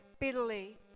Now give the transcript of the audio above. bitterly